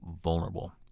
vulnerable